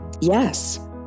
Yes